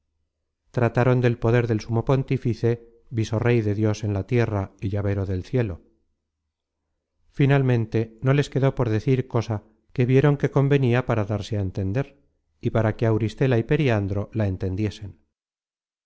trataron del poder del sumo pontífice visorey de dios en la tierra y llavero del cielo finalmente no les quedó por decir cosa que vieron que convenia para darse á entender y para que auristela y periandro la entendiesen